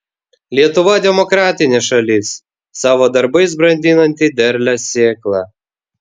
lietuva demokratinė šalis savo darbais brandinanti derlią sėklą